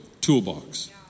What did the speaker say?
toolbox